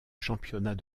championnat